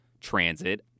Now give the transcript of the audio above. transit